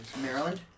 Maryland